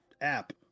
app